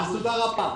תודה רבה.